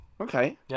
Okay